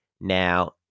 now